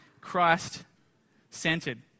Christ-centered